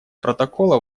протокола